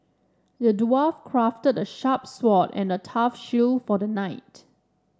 the dwarf crafted a sharp sword and a tough shield for the knight